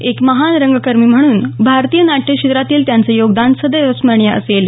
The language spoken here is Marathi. एक महान रंगकर्मी म्हणून भारतीय नाट्यक्षेत्रातील त्यांचं योगदान सदैव स्मरणीय असेल